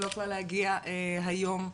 שלא יכלה להגיע היום.